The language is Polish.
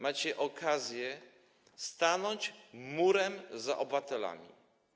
Macie okazję stanąć murem za obywatelami.